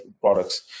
products